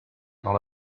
dans